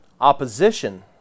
opposition